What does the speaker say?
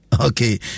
Okay